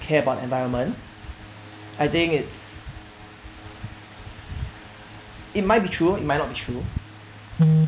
care about environment I think it's it might be true it might not be true